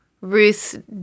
Ruth